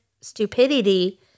stupidity